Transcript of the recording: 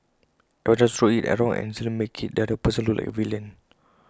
everyone just throws IT around and instantly IT makes the other person look like A villain